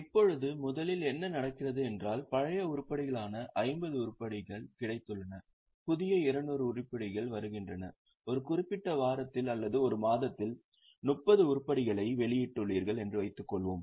இப்போது முதலில் என்ன நடக்கிறது என்றால் பழைய உருப்படிகளான 50 உருப்படிகள் கிடைத்துள்ளன புதிய 200 உருப்படிகள் வருகின்றன ஒரு குறிப்பிட்ட வாரத்தில் அல்லது ஒரு மாதத்தில் 30 உருப்படிகளை வெளியிட்டுள்ளீர்கள் என்று வைத்துக்கொள்வோம்